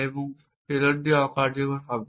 এবং তাই পেলোডটি অ কার্যকর হবে